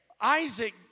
Isaac